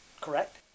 correct